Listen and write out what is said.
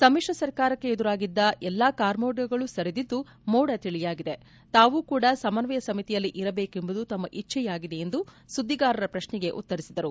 ಸಮ್ಮಿಶ್ರ ಸರ್ಕಾರಕ್ಕೆ ಎದುರಾಗಿದ್ದ ಎಲ್ಲಾ ಕಾರ್ಮೋಡಗಳು ಸರಿದಿದ್ದು ಮೋಡ ತಿಳಿಯಾಗಿದೆ ತಾವೂ ಕೂಡ ಸಮನ್ವಯ ಸಮಿತಿಯಲ್ಲಿ ಇರಬೇಕೆಂಬುದು ತಮ್ಮ ಇಜ್ವೆಯಾಗಿದೆ ಎಂದು ಸುದ್ದಿಗಾರರ ಪ್ರಶ್ನೆಗೆ ಉತ್ತರಿಸಿದರು